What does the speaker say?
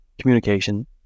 communication